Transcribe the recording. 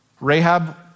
Rahab